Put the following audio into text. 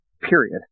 period